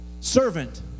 servant